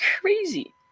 crazy